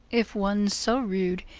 if one so rude,